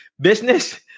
business